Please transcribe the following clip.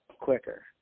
quicker